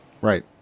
Right